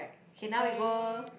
K now we go